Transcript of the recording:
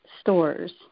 stores